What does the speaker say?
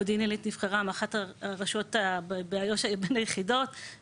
מודיעין עילית היא אחת הערים בין היחידות שנבחרה מתוך איו"ש.